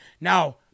Now